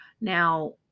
Now